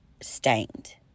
stained